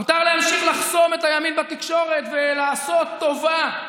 מותר להמשיך לחסום את הימין בתקשורת ו"לעשות טובה"